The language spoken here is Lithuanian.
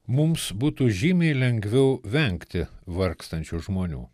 mums būtų žymiai lengviau vengti vargstančių žmonių